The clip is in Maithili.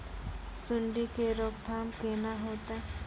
सुंडी के रोकथाम केना होतै?